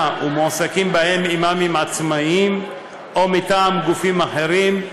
ומועסקים בהם אימאמים עצמאיים או מטעם גופים אחרים,